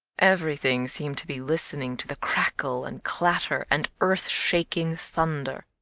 everything seemed to be listening to the crackle and clatter and earthshaking thunder.